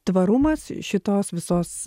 tvarumas šitos visos